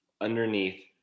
underneath